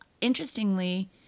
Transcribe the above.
Interestingly